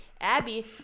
Abby